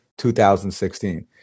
2016